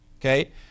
okay